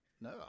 No